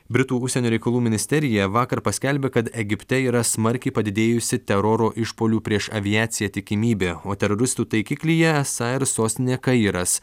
britų užsienio reikalų ministerija vakar paskelbė kad egipte yra smarkiai padidėjusi teroro išpuolių prieš aviaciją tikimybė o teroristų taikiklyje esą ir sostinė kairas